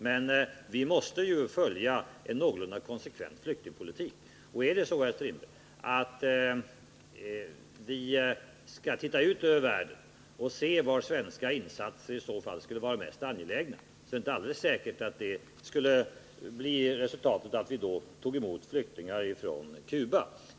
Men vi måste ju bedriva en konsekvent flyktingpolitik. Och om vi, herr Strindberg, blickade ut över världen för att se var svenska insatser skulle kunna vara mest angelägna, är det inte helt säkert att resultatet skulle bli att vi tog emot flyktingar från Cuba.